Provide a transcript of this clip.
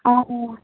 अँ अँ